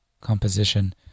composition